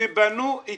ובנו את